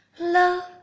love